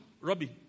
Robbie